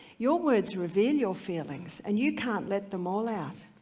your words reveal your feelings, and you can't let them all out.